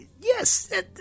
yes